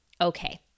okay